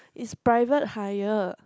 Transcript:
it's private hire